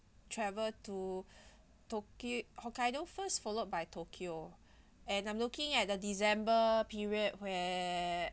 travel to tokyo hokkaido first followed by tokyo and I'm looking at the december period where